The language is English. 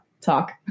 talk